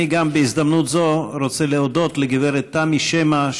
בהזדמנות זו אני רוצה להודות לגברת תמי שמע,